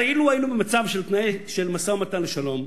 הרי אילו היינו במצב של משא-ומתן לשלום,